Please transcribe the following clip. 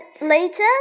later